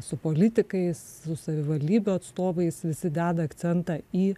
su politikais savivaldybių atstovais visi deda akcentą į